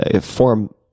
form